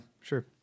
Sure